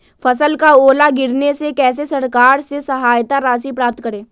फसल का ओला गिरने से कैसे सरकार से सहायता राशि प्राप्त करें?